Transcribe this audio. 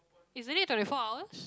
isn't it twenty four hours